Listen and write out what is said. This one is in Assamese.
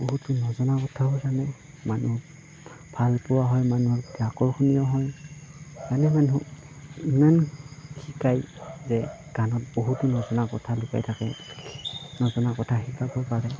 বহুতো নজনা কথাও জানে মানুহ ভালপোৱা হয় মানুহৰ প্ৰতি আকৰ্ষণীয় হয় গানে মানুহক ইমান শিকায় যে গানত বহুতো নজনা কথা লুকাই থাকে নজনা কথা শিকাব পাৰে